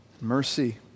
mercy